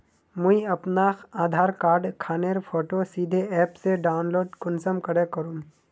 मुई अपना आधार कार्ड खानेर फोटो सीधे ऐप से डाउनलोड कुंसम करे करूम?